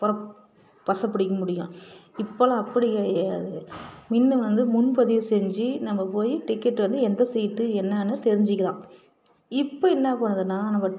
பொர பஸ்ஸை பிடிக்க முடியும் இப்போல்லாம் அப்படி கிடையாது நின்று வந்து முன்பதிவு செஞ்சு நம்ப போய் டிக்கெட் வந்து சீட்டு என்னான்னு தெரிஞ்சிக்கலாம் இப்போ என்ன பண்ணுதுன்னா நம்ப